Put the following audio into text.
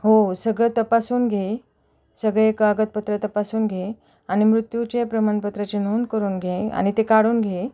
हो सगळं तपासून घे सगळे कागदपत्रं तपासून घे आणि मृत्यूचे प्रमाणपत्राचे नोंद करून घे आणि ते काढून घे